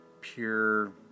pure